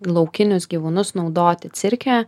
laukinius gyvūnus naudoti cirke